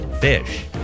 Fish